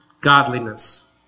Godliness